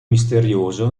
misterioso